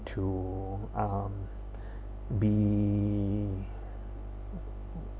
to um be